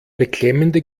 beklemmende